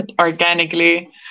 organically